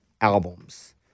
albums